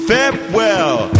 Farewell